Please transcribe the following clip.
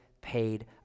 paid